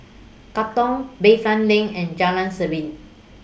Katong Bayfront LINK and Jalan Serene